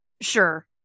Sure